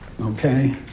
okay